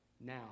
Now